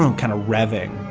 um kind of revving